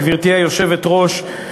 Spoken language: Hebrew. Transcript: גברתי היושבת-ראש,